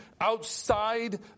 outside